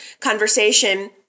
conversation